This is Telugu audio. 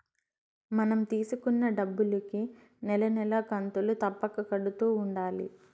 మనం తీసుకున్న డబ్బులుకి నెల నెలా కంతులు తప్పక కడుతూ ఉండాలి